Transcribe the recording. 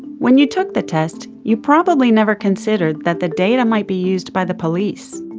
when you took the test, you probably never considered that the data might be used by the police.